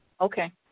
Okay